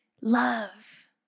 love